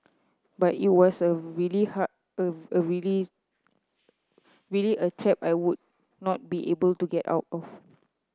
but it was a really a a really really a trap I would not be able to get out of